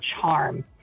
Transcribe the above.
charm